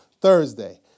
Thursday